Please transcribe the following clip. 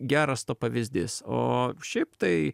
geras to pavyzdys o šiaip tai